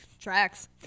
Tracks